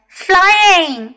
flying